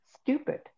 stupid